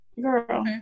Girl